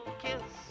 kiss